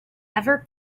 ever